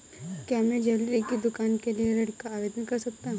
क्या मैं ज्वैलरी की दुकान के लिए ऋण का आवेदन कर सकता हूँ?